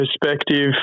perspective